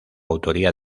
autoría